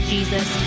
Jesus